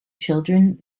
children